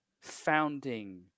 founding